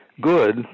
Good